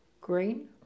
green